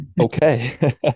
okay